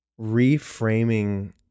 reframing